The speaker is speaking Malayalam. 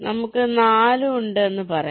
നമുക്ക് 4 ഉണ്ട് എന്ന് പറയാം